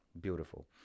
beautiful